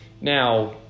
Now